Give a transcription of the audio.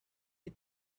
the